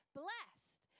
blessed